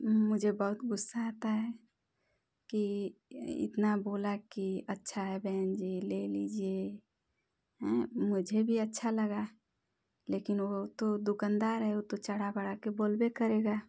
मुझे बहुत ग़ुस्सा आता है कि इतना बोला कि अच्छा है बहन जी ले लीजिए हाँ मुझे भी अच्छा लगा लेकिन वह तो दुकानदार है वह तो बढ़ा चढ़ा के बोल्बे करेगा